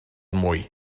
mwy